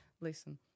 Listen